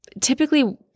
typically